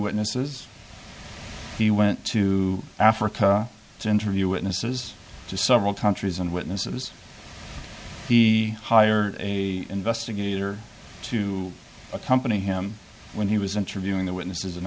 witnesses he went to africa to interview witnesses to several countries and witnesses he hired a investigator to accompany him when he was interviewing the witnesses in